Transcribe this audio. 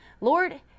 lord